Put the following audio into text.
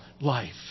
life